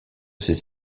ses